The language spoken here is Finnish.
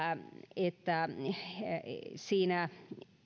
että siinä